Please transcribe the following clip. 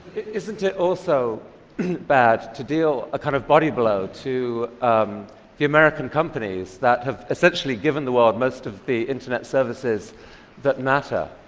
isn't it also bad to deal a kind of body blow to the american companies that have essentially given the world most of the internet services that matter?